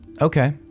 Okay